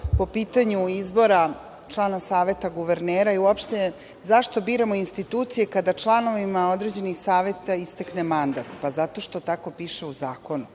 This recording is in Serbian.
po pitanju izbora člana Saveta guvernera i uopšte zašto biramo institucije kada članovima određenih saveta istekne mandat. Zato što tako piše u zakonu.